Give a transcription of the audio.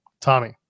Tommy